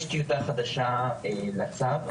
יש טיוטה חדשה לצו,